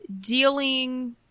dealing